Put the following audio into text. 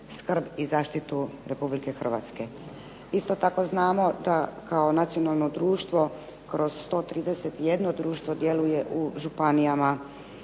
i zaštitu Republike Hrvatske. Isto tako znamo da i kao nacionalno društvo kroz 131 društvo djeluje u županijama